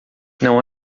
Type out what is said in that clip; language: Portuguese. não